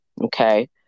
okay